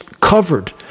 covered